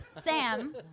Sam